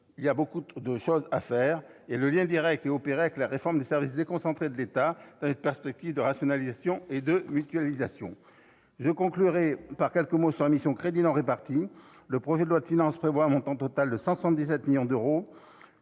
ne pourront pas être financés et un lien direct est opéré avec la réforme des services déconcentrés de l'État, dans une perspective de rationalisation et de mutualisation. Je conclurai par quelques mots sur la mission « Crédits non répartis ». Le projet de loi de finances prévoit un montant total de 177 millions d'euros